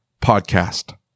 podcast